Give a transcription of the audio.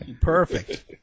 perfect